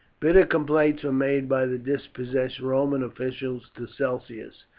bitter complaints were made by the dispossessed roman officials to celsius,